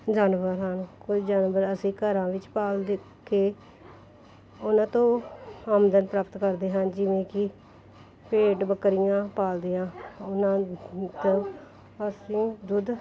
ਜਾਨਵਰ ਹਨ ਕੁਝ ਜਾਨਵਰ ਅਸੀਂ ਘਰਾਂ ਵਿੱਚ ਪਾਲ ਦੇ ਕੇ ਉਹਨਾਂ ਤੋਂ ਆਮਦਨ ਪ੍ਰਾਪਤ ਕਰਦੇ ਹਾਂ ਜਿਵੇਂ ਕਿ ਭੇਡ ਬੱਕਰੀਆਂ ਪਾਲਦੇ ਹਾਂ ਉਹਨਾਂ ਤੋਂ ਅਸੀਂ ਦੁੱਧ